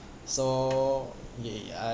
so ya ya